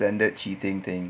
standard cheating thing